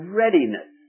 readiness